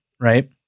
right